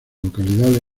localidades